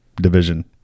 division